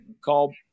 call